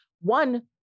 one